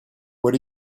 what